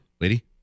Lady